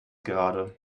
gerade